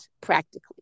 practically